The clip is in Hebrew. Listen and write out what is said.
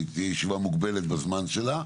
זו תהיה ישיבה מוגבלת בזמן שלה,